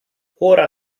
ora